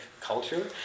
culture